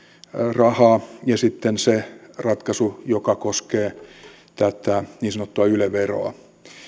rahaa ja sitten se ratkaisu joka koskee tätä niin sanottua yle veroa